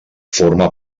forma